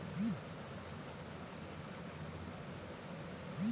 জলীয় ব্যবস্থাপালা চাষ বাসের জ্যনহে খুব পরয়োজলিয় সম্পদ